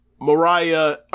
Mariah